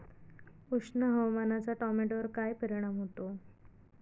उष्ण हवामानाचा टोमॅटोवर काय परिणाम होतो?